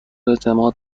اعتماد